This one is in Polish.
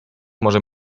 może